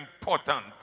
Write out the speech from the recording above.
important